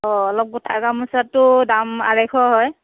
অ' অলপ গোঁঠা গামোচাটো দাম অঢ়ৈশ হয়